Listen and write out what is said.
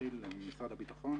ממשרד הביטחון